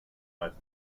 meist